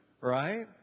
Right